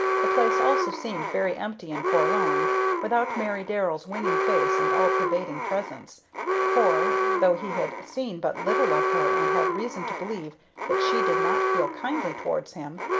the place also seemed very empty and forlorn without mary darrell's winning face and all-pervading presence for, though he had seen but little of her and had reason to believe that she did not feel kindly towards him,